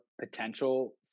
potential